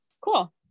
cool